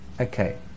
Okay